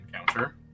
encounter